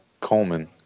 coleman